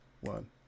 one